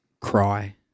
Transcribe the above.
cry